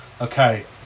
Okay